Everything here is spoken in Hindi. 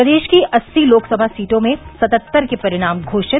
प्रदेश की अस्सी लोकसभा सीटों में सतहत्तर के परिणाम घोषित